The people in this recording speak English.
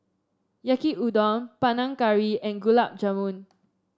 Yaki Udon Panang Curry and Gulab Jamun